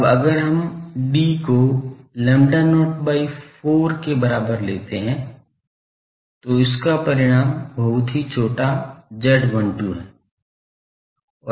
अब अगर हम d को lambda not by 4 के बराबर लेते हैं तो इसका परिणाम बहुत ही छोटा Z12 है